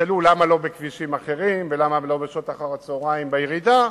ישאלו למה לא בכבישים אחרים ולמה לא בשעות אחר-הצהריים בירידה,